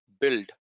build